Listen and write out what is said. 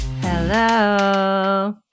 Hello